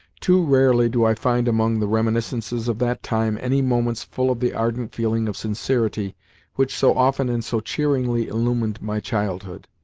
too rarely do i find among the reminiscences of that time any moments full of the ardent feeling of sincerity which so often and so cheeringly illumined my childhood.